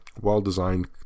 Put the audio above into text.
well-designed